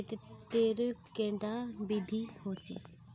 खेत तेर कैडा विधि होचे?